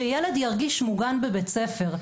שילד ירגיש מוגן בבית-ספר,